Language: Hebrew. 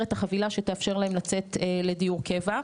את החבילה שתאפשר להם לצאת לדיור קבע.